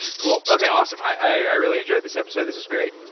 cool. okay, awesome. i really enjoyed this episode. this is great.